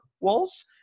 walls